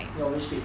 on which date